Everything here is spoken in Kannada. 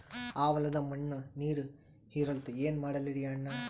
ಆ ಹೊಲದ ಮಣ್ಣ ನೀರ್ ಹೀರಲ್ತು, ಏನ ಮಾಡಲಿರಿ ಅಣ್ಣಾ?